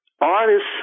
Artists